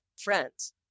friends